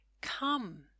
come